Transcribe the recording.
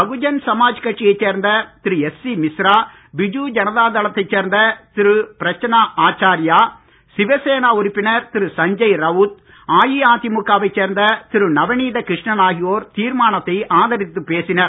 பகுஜன் சமாஜ் கட்சியைச் சேர்ந்த திரு எஸ்சி மிஸ்ரா பிஜு ஜனதா தளத்தைச் சேர்ந்த திரு பிரச்சனா ஆச்சாரியா சிவசேனா உறுப்பினர் திரு சஞ்சய் ரவுத் அஇஅதிமுக வைச் சேர்ந்த திரு நவநீத கிருஷ்ணன் ஆகியோர் தீர்மானத்தை ஆதரித்துப் பேசினர்